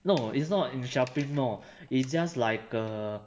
no it's not in shopping mall it's just like a